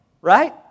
right